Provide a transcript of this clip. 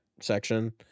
section